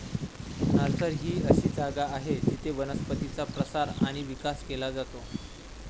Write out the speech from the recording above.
nursery ही अशी जागा आहे जिथे वनस्पतींचा प्रचार आणि विकास केला जातो